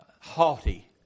haughty